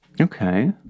Okay